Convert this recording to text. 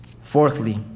fourthly